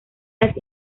las